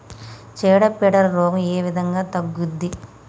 చీడ పీడల రోగం ఏ విధంగా తగ్గుద్ది?